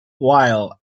while